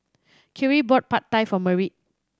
Khiry bought Pad Thai for Merritt